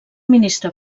ministre